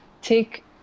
take